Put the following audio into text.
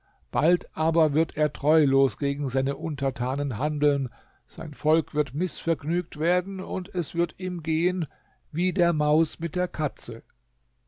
bald aber wird er treulos gegen seine untertanen handeln sein volk wird mißvergnügt werden und es wird ihm gehen wie der maus mit der katze